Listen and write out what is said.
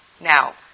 now